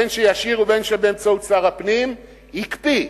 בין אם ישיר, ובין אם באמצעות שר הפנים, הקפיא.